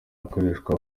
akoreshwa